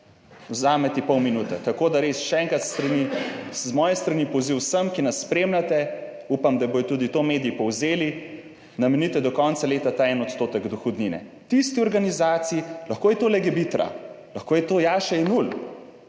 vzame ti pol minute. Tako, da res še enkrat s strani, z moje strani poziv vsem, ki nas spremljate, upam, da bodo tudi to mediji povzeli, namenite do konca ta 1 % dohodnine tisti organizaciji, lahko je to Legebitra, lahko je to Jaša Jenull,